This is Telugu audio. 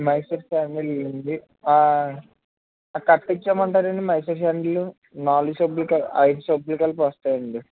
మైసూర్ శాండల్ ఉంది ఒక కట్ట ఇచ్చేయమంటారా అండి మైసూర్ శాండల్ నాలుగు సబ్బులు క ఐదు సబ్బులు కలిపి వస్తాయండి